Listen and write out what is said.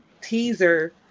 teaser